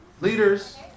Leaders